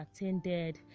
attended